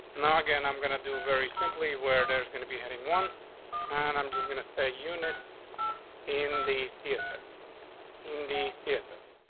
now again, i'm gonna do very simply where there's going to be heading one on. and i'm just gonna say, units in the css in the css.